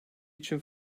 için